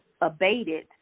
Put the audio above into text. abated